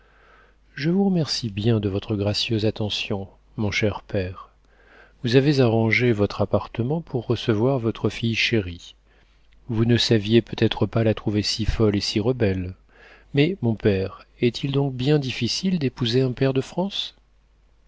je vous remercie bien de votre gracieuse attention mon cher père vous avez arrangé votre appartement pour recevoir votre fille chérie vous ne saviez peut-être pas la trouver si folle et si rebelle mais mon père est-il donc bien difficile d'épouser un pair de france